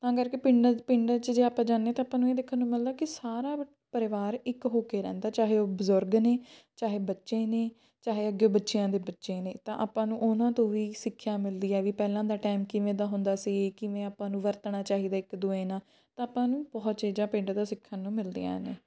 ਤਾਂ ਕਰਕੇ ਪਿੰਡਾਂ ਪਿੰਡਾਂ 'ਚ ਜੇ ਆਪਾਂ ਜਾਂਦੇ ਤਾਂ ਆਪਾਂ ਨੂੰ ਇਹ ਦੇਖਣ ਨੂੰ ਮਿਲਦਾ ਕਿ ਸਾਰਾ ਪਰਿਵਾਰ ਇੱਕ ਹੋ ਕੇ ਰਹਿੰਦਾ ਚਾਹੇ ਉਹ ਬਜ਼ੁਰਗ ਨੇ ਚਾਹੇ ਬੱਚੇ ਨੇ ਚਾਹੇ ਅੱਗੇ ਬੱਚਿਆਂ ਦੇ ਬੱਚੇ ਨੇ ਤਾਂ ਆਪਾਂ ਨੂੰ ਉਹਨਾਂ ਤੋਂ ਵੀ ਸਿੱਖਿਆ ਮਿਲਦੀ ਹੈ ਵੀ ਪਹਿਲਾਂ ਦਾ ਟਾਈਮ ਕਿਵੇਂ ਦਾ ਹੁੰਦਾ ਸੀ ਕਿਵੇਂ ਆਪਾਂ ਨੂੰ ਵਰਤਣਾ ਚਾਹੀਦਾ ਇੱਕ ਦੂਜੇ ਨਾਲ ਤਾਂ ਆਪਾਂ ਨੂੰ ਬਹੁਤ ਚੀਜ਼ਾਂ ਪਿੰਡ ਤੋਂ ਸਿੱਖਣ ਨੂੰ ਮਿਲਦੀਆਂ ਨੇ